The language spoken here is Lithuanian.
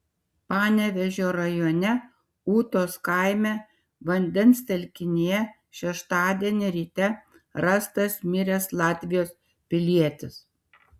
panevėžio rajone ūtos kaime vandens telkinyje šeštadienį ryte rastas miręs latvijos pilietis